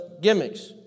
gimmicks